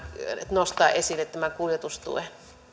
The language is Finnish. nostaa esille tämän kuljetustuen